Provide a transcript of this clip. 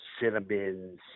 cinnamon